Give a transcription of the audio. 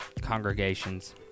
congregations